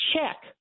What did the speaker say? check